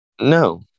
No